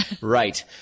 right